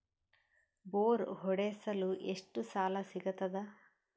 Bore ಹೊಡೆಸಲು ಎಷ್ಟು ಸಾಲ ಸಿಗತದ?